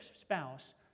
spouse